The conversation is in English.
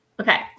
Okay